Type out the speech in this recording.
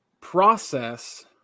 process